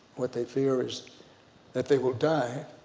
what they fear is that they will die